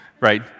right